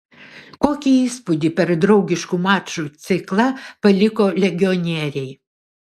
kokį įspūdį per draugiškų mačų ciklą paliko legionieriai